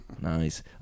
Nice